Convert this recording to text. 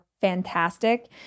fantastic